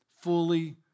Fully